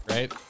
Right